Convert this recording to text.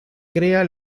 crea